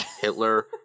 Hitler